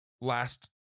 last